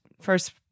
first